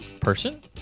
person